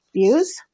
views